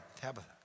Tabitha